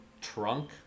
trunk